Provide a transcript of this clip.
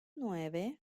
nueve